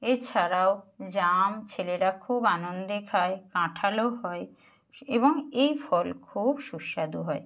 এছাড়াও জাম ছেলেরা খুব আনন্দে খায় কাঁঠালও হয় এবং এই ফল খুব সুস্বাদু হয়